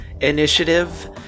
initiative